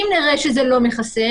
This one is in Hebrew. אם נראה שזה לא מכסה,